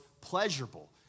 pleasurable